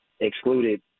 excluded